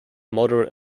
moderate